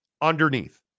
underneath